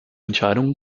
entscheidungen